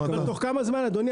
תוך כמה זמן, אדוני?